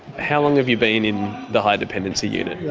how long have you been in the high dependency unit? yeah